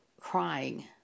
crying